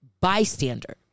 bystander